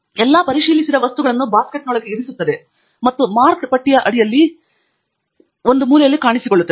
ಇದು ಮೂಲತಃ ಎಲ್ಲಾ ಪರಿಶೀಲಿಸಿದ ವಸ್ತುಗಳನ್ನು ಬ್ಯಾಸ್ಕೆಟ್ನೊಳಗೆ ಇರಿಸುತ್ತದೆ ಮತ್ತು ಮಾರ್ಕ್ಡ್ ಪಟ್ಟಿಯ ಅಡಿಯಲ್ಲಿ ಈ ಮೂಲೆಯಲ್ಲಿ ಕಾಣಿಸಿಕೊಳ್ಳುತ್ತದೆ